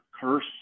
curse